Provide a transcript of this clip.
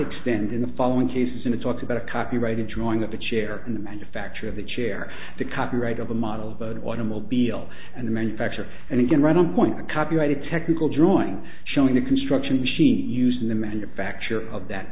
extend in the following cases and it talks about a copyrighted drawing that the chair in the manufacture of the chair the copyright of a model boat automobile and the manufacture and again right on point a copyright a technical drawing showing the construction machinery used in the manufacture of that